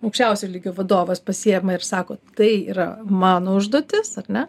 aukščiausio lygio vadovas pasiima ir sako tai yra mano užduotis ar ne